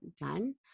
done